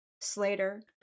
Slater